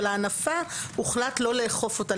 אבל לגבי ההנפה הוחלט לא לאכוף אותה,